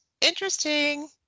interesting